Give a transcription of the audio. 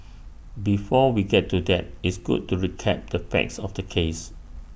before we get to that it's good to recap the facts of the case